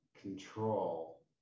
control